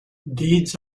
deeds